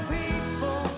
people